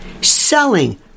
selling